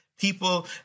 People